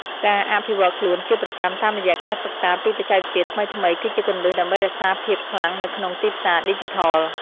ការអភិវឌ្ឍខ្លួនជាប្រចាំតាមរយៈការសិក្សាពីបច្ចេកវិទ្យាថ្មីៗគឺជាគន្លឹះដើម្បីរក្សាភាពខ្លាំងនៅក្នុងទីផ្សារឌីជីថល។